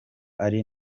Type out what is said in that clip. ari